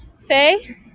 Faye